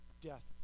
death